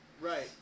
Right